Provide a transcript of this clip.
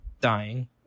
dying